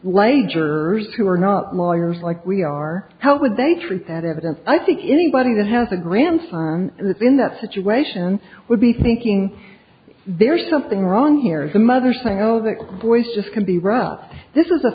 who are not lawyers like we are how would they treat that evidence i think anybody that has a grandson in that situation would be thinking there is something wrong here is the mother saying oh that voice just can be rough this is a